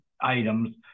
items